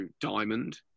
diamond